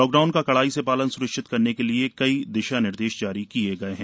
lockdown का कड़ाई से पालन स्निश्चित करने के लिए कई दिशा निर्देश जारी किए गए हैं